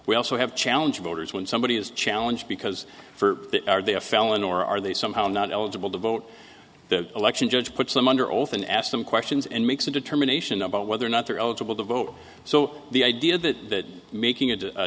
we also have challenge voters when somebody is challenge because for are they a felon or are they somehow not eligible to vote the election judge puts them under oath and ask them questions and makes a determination about whether or not they're eligible to vote so the idea that making